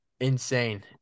insane